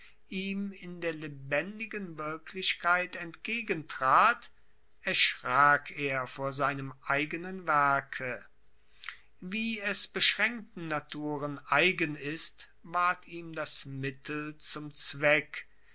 ihm in der lebendigen wirklichkeit entgegentrat erschrak er vor seinem eigenen werke wie es beschraenkten naturen eigen ist ward ihm das mittel zum zweck